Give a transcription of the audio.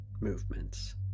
movements